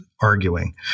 arguing